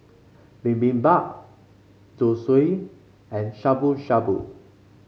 Bibimbap Zosui and Shabu Shabu